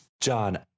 John